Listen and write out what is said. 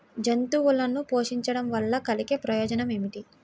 జంతువులను పోషించడం వల్ల కలిగే ప్రయోజనం ఏమిటీ?